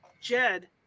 Jed